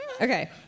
Okay